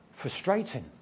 Frustrating